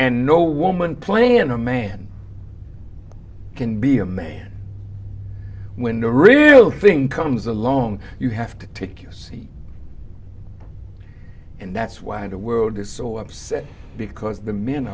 and no woman playing a man can be a man when the real thing comes along you have to take you see and that's why the world is so upset because the m